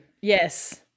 Yes